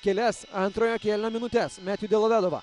kelias antrojo kėlinio minutes metju delovedova